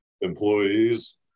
employees